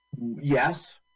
Yes